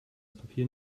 papier